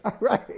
Right